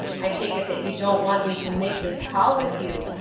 i take it that you don't want me to make this call with you.